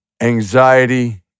anxiety